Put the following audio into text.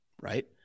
Right